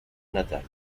natal